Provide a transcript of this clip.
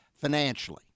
financially